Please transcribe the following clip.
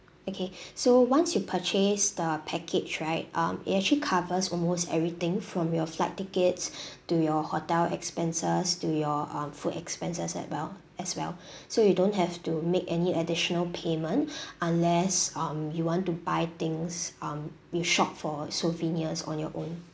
okay so once you purchase the package right um it actually covers almost everything from your flight tickets to your hotel expenses to your um food expenses at well as well so you don't have to make any additional payment unless um you want to buy things um you shop for souvenirs on your own